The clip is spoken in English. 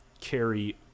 carry